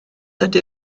ydy